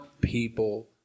people